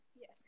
Yes